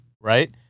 right